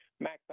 max